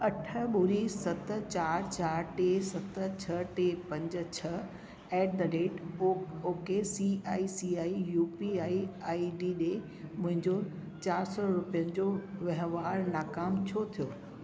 अठ ॿुड़ी सत चारि चारि टे सत छह टे पंज छह एट द रेट ओ okay C I C I U P I ID ॾिए मुंहिंजो चारि सौ रुपियनि जो वहिंवारु नाकाम छो थियो